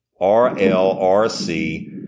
R-L-R-C